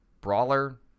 brawler